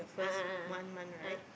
a'ah a'ah ah